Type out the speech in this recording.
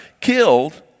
killed